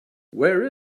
where